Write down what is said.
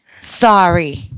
sorry